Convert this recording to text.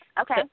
Okay